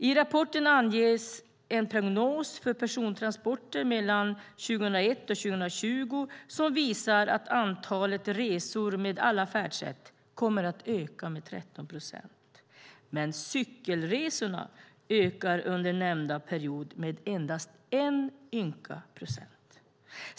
I rapporten anges en prognos för persontransporter mellan 2001 och 2020 som visar att antalet resor med alla färdsätt kommer att öka med 13 procent, medan cykelresorna under nämnda period kommer att öka med endast 1 procent.